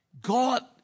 God